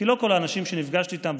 כי לא כל האנשים שנפגשתי איתם,